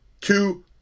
Two